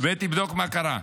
ותבדוק מה קרה,